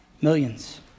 Millions